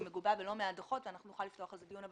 היא מגובה בלא מעט דוחות ונוכל לפתוח על זה דיון,